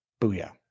Booyah